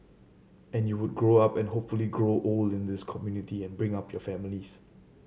and you would grow up and hopefully grow old in this community and bring up your families